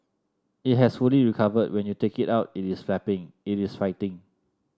it has fully recovered when you take it out it is flapping it is fighting